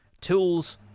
tools